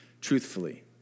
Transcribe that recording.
truthfully